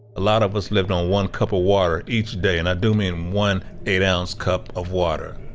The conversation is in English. a lot of us lived on one cup of water each day, and i do mean one eight ounce cup of water